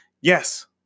Yes